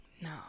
No